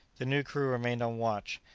the new crew remained on watch.